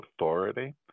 authority